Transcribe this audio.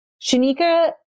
Shanika